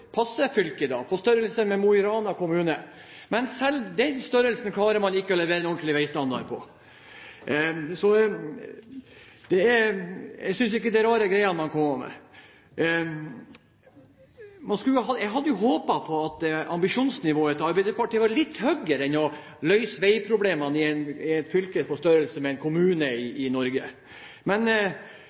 størrelse med Mo i Rana. Men selv den størrelsen klarer man ikke å levere en ordentlig veistandard på. Jeg synes ikke det er rare greiene man kommer med. Jeg hadde jo håpet at ambisjonsnivået til Arbeiderpartiet var litt høyere enn å løse veiproblemene i et fylke på størrelse med en kommune i Norge. Men